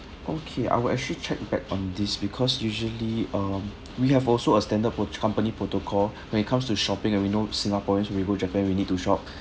okay I will actually check back on this because usually um we have also extended for company protocol when it comes to shopping and we know singaporeans we go japan we need to shop